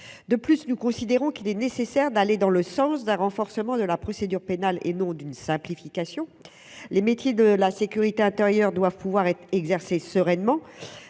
à vue. Nous considérons, en outre, qu'il est nécessaire d'aller dans le sens d'un renforcement de la procédure pénale et non d'une simplification. Les métiers de la sécurité intérieure doivent pouvoir être exercés sereinement